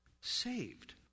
saved